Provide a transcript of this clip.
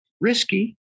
Risky